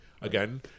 again